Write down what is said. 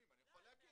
כמה יש לך כאלה?